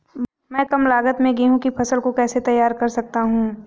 मैं कम लागत में गेहूँ की फसल को कैसे तैयार कर सकता हूँ?